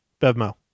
bevmo